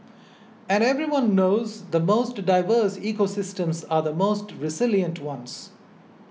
and everyone knows the most diverse ecosystems are the most resilient ones